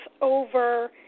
over